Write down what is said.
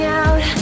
out